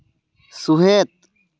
ᱥᱩᱦᱮᱫ